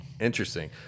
Interesting